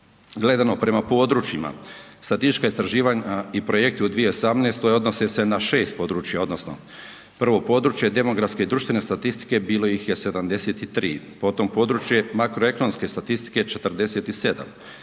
Gledano prema područjima statistička istraživanja i projekti u 2018. odnose se na 6 područja odnosno prvo područje demografske i društvene statistike bilo ih je 73, potom područje makroekonomske statistike 47,